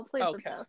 Okay